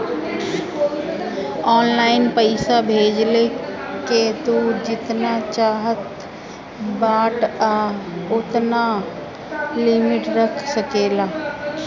online पईसा भेजला के तू जेतना चाहत बाटअ ओतना लिमिट रख सकेला